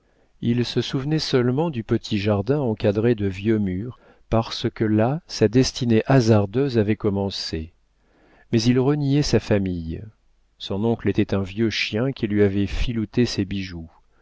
il se souvenait seulement du petit jardin encadré de vieux murs parce que là sa destinée hasardeuse avait commencé mais il reniait sa famille son oncle était un vieux chien qui lui avait filouté ses bijoux